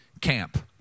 camp